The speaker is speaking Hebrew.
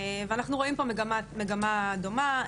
ואנחנו רואים פה מגמה דומה.